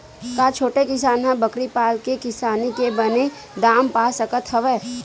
का छोटे किसान ह बकरी पाल के किसानी के बने दाम पा सकत हवय?